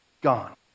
Gone